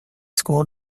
school